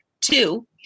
Two